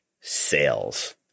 sales